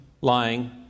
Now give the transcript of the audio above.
lying